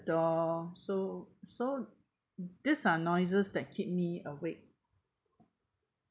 door so so these are noises that keep me awake